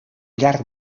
llarg